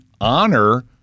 honor